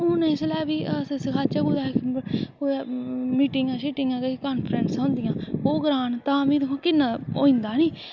हून इसलै बी सखाचै कुतै कुतै मीटिंगां शीटिंगां किश कांफ्रैंसां होंदियां ओह् करान तां बी दिक्खो हां किन्ना होई जंदा हैनी